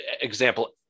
example